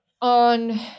On